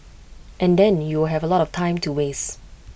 and then you will have A lot of time to waste